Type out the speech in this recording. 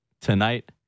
tonight